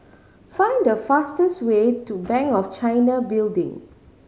find the fastest way to Bank of China Building